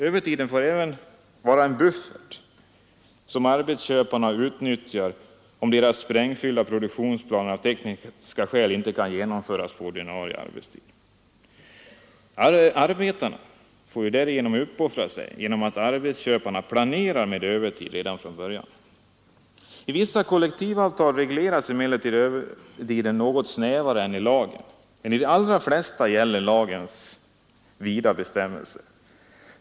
Övertiden får även vara den buffert som arbetsköparna utnyttjar om deras sprängfyllda produktionsplan av tekniska skäl inte kan genomföras på ordinarie arbetstid. Arbetarna får därigenom uppoffra sig därför att arbetsköparna planerar med övertid redan från början. I vissa kollektivavtal regleras emellertid övertiden något snävare än i lagen. Men för det allra mesta gäller lagens vida bestämmelser.